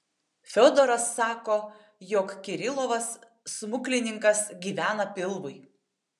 fiodoras sako jog kirilovas smuklininkas gyvena pilvui